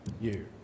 year